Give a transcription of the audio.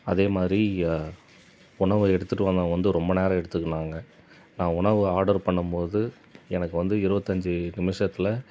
அதேமாதிரி உணவு எடுத்துட்டு வந்தவங்க வந்து ரொம்ப நேரம் எடுத்துகின்னாங்க நான் உணவு ஆர்டர் பண்ணும்மோது எனக்கு வந்து இருபத்தஞ்சி நிமிசத்தில்